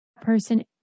person